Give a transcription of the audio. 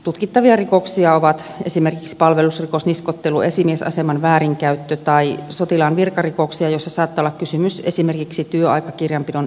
tutkittavia rikoksia ovat esimerkiksi palvelusrikos niskoittelu esimiesaseman väärinkäyttö tai sotilaan virkarikos jossa saattaa olla kysymys esimerkiksi työaikakirjanpidon epäselvyyksistä